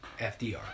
FDR